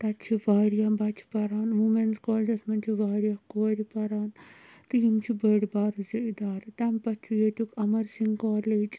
تَتہِ چھُ وارِیاہ بَچہِ پَران وُمینٕز کالیجَس منٛز چھِ وارِیاہ کورِ پَران تہٕ یِم چھِ بٔڈۍ بارٕ زٕ اِدارٕ تَمہِ پَتہٕ چھُ ییٚتُک اَمَرسِنٛگ کالیج